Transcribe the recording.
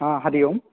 हा हरि ओं